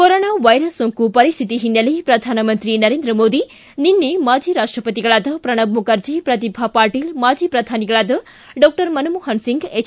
corona virus ಸೋಂಕು ಪರಿಸ್ಥಿತಿ ಹಿನ್ನೆಲೆ ಪ್ರಧಾನಮಂತ್ರಿ ನರೇಂದ್ರ ಮೋದಿ ನಿನ್ನೆ ಮಾಜಿ ರಾಷ್ಷಪತಿಗಳಾದ ಪ್ರಣಬ್ ಮುಖರ್ಜಿ ಪ್ರತಿಭಾ ಪಾಟೀಲ್ ಮಾಜಿ ಪ್ರಧಾನಿಗಳಾದ ಡಾಕ್ಷರ್ ಮನಮೋಪನ್ ಸಿಂಗ್ ಎಚ್